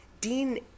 dean